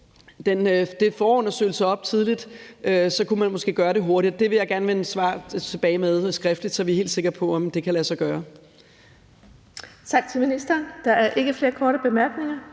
den forundersøgelse op tidligt, så kunne man måske gøre det hurtigere. Det vil jeg gerne vende tilbage med et svar på skriftligt, så vi er helt sikre på, om det kan lade sig gøre.